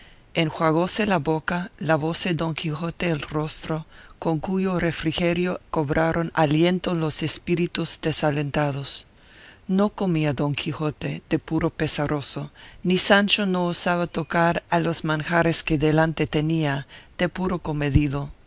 condumio enjuagóse la boca lavóse don quijote el rostro con cuyo refrigerio cobraron aliento los espíritus desalentados no comía don quijote de puro pesaroso ni sancho no osaba tocar a los manjares que delante tenía de puro comedido